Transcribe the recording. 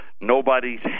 nobody's